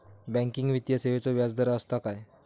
Banking वित्तीय सेवाचो व्याजदर असता काय?